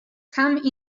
come